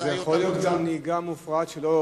אבל זה יכול להיות גם נהיגה מופרעת שלא